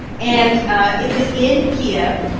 and ah it was in kyiv.